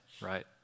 right